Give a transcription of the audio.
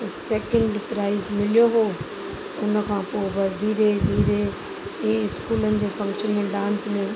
second prize मिलियो हुओ हुन खां पोइ बि बसि धीरे धीरे इहे इस्कूलनि जे फंक्शन में डांस में